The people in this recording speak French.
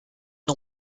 non